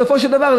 בסופו של דבר,